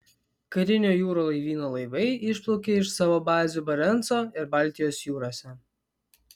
karinio jūrų laivyno laivai išplaukė iš savo bazių barenco ir baltijos jūrose